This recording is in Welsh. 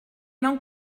mewn